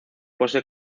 posee